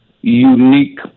unique